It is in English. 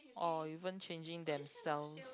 or even changing themselves